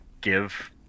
give